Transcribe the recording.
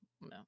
No